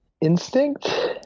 instinct